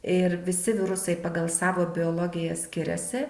ir visi virusai pagal savo biologiją skiriasi